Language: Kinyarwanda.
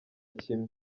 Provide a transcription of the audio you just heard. kimwe